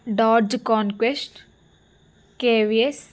డార్జ్ conquest KVS